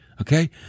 Okay